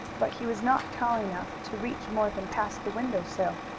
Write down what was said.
but he was not tall enough to reach more than past the window sill.